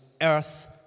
earth